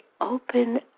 open